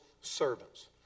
servants